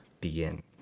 begin